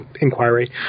inquiry